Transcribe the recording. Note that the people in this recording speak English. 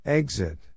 Exit